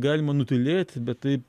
galima nutylėti bet taip